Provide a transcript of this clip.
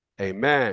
amen